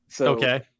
okay